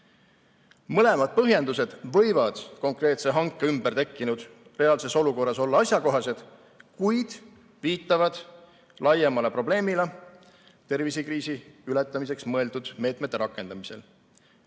Mõlemad põhjendused võivad konkreetse hanke ümber tekkinud reaalses olukorras olla asjakohased, kuid viitavad laiemale probleemile tervisekriisi ületamiseks mõeldud meetmete rakendamisel.